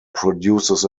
produces